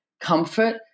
comfort